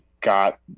got